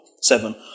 Seven